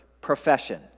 profession